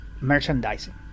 merchandising